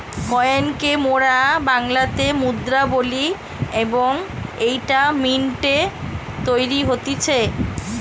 coin কে মোরা বাংলাতে মুদ্রা বলি এবং এইটা মিন্ট এ তৈরী হতিছে